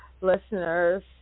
listeners